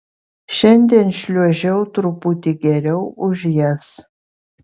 šiandien šliuožiau truputį geriau už jas